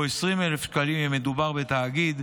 או 20,000 שקלים אם מדובר בתאגיד,